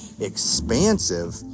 expansive